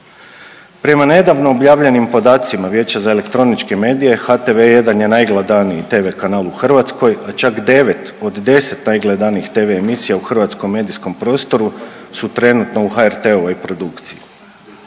Prema nedavno objavljenim podacima Vijeća za elektroničke medije HTV jedan je najgledaniji tv kanal u Hrvatskoj, a čak 9 od 10 najgledanijih tv emisija u hrvatskom medijskom prostoru su trenutno u HRT-ovoj produkciji.